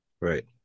Right